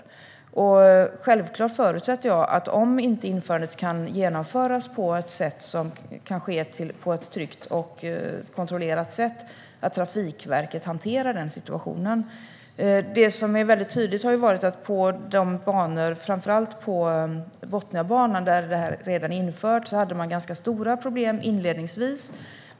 Jag förutsätter självfallet att Trafikverket hanterar situationen om inte införandet kan genomföras på ett sätt som är tryggt och kontrollerat. Det har varit tydligt att man på de banor, framför allt Botniabanan, där ERTMS redan är infört har haft ganska stora problem inledningsvis.